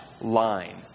line